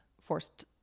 forced